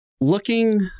Looking